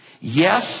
yes